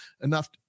enough